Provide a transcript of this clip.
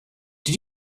did